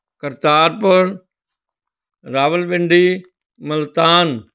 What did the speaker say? Kartarpur Rawalpindi Multan